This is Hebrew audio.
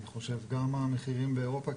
גם המחירים באירופה,